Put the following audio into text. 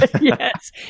Yes